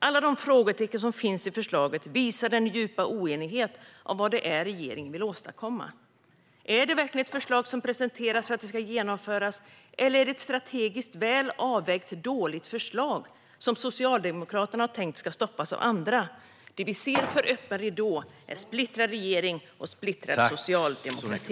Alla de frågetecken som finns i förslaget visar den djupa oenigheten när det gäller vad det är regeringen vill åstadkomma. Är det verkligen ett förslag som presenterats för att det ska genomföras, eller är det ett strategiskt väl avvägt dåligt förslag som Socialdemokraterna har tänkt ska stoppas av andra? Det vi ser för öppen ridå är en splittrad regering och en splittrad socialdemokrati.